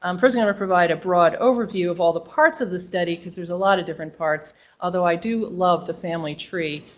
um first i'm going to provide a broad overview of all the parts of the study because there's a lot of different parts although i do love the family tree,